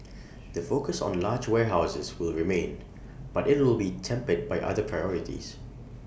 the focus on large warehouses will remained but IT will be tempered by other priorities